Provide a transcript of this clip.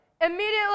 Immediately